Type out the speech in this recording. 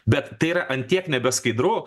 bet tai yra ant tiek nebeskaidru